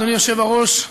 אדוני היושב-ראש,